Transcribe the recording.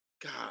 God